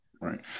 right